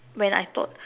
when I thought